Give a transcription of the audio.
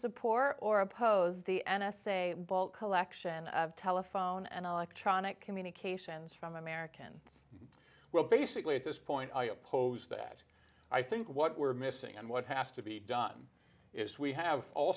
support or oppose the n s a bulk collection of telephone and electronic communications from american well basically at this point i oppose that i think what we're missing and what has to be done is we have all